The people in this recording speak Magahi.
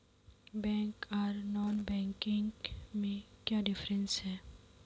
बैंक आर नॉन बैंकिंग में क्याँ डिफरेंस है?